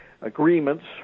agreements